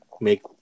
make